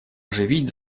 оживить